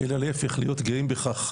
אלא להיפך, להיות גאים בכך.